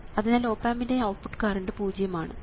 അതിനാൽ ഓപ് ആമ്പിൻറെ output current പൂജ്യം ആണ്